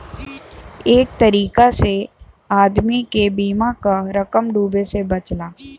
एक तरीका से आदमी के बीमा क रकम डूबे से बचला